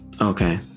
Okay